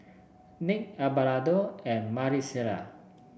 Nick Abelardo and Maricela